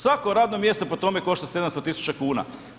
Svako radno mjesto po tome košta 700 tisuća kuna.